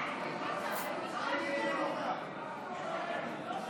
העונשין (תיקון, פשיעה לאומנית